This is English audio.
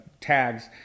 tags